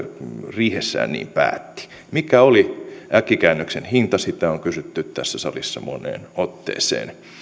riihessään niin päätti mikä oli äkkikäännöksen hinta sitä on kysytty tässä salissa moneen otteeseen